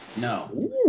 No